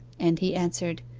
and he answered,